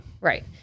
right